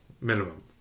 minimum